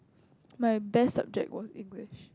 my best subject was English